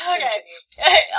Okay